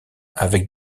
avec